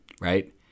right